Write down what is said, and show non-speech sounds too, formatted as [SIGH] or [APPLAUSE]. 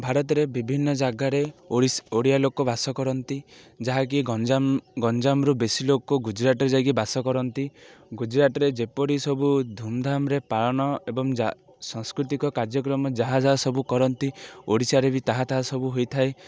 ଭାରତରେ ବିଭିନ୍ନ ଜାଗାରେ ଓଡ଼ିଆ ଲୋକ ବାସ କରନ୍ତି ଯାହାକି ଗଞ୍ଜାମ ଗଞ୍ଜାମରୁ ବେଶୀ ଲୋକ ଗୁଜୁରାଟରେ ଯାଇକି ବାସ କରନ୍ତି ଗୁଜୁରାଟରେ ଯେପରି ସବୁ ଧୁମଧାମରେ ପାଳନ ଏବଂ [UNINTELLIGIBLE] ସାଂସ୍କୃତିକ କାର୍ଯ୍ୟକ୍ରମ ଯାହା ଯାହା ସବୁ କରନ୍ତି ଓଡ଼ିଶାରେ ବି ତାହା ତାହା ସବୁ ହୋଇଥାଏ